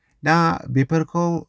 दा बेफोरखौ